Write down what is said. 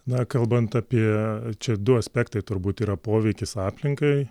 na kalbant apie čia du aspektai turbūt yra poveikis aplinkai